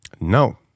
No